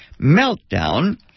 meltdown